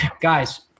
guys